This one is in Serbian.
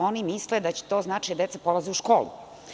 Oni misle da će to značiti da deca polaze u školu.